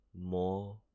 more